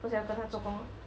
不是要跟他做工 lor